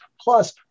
plus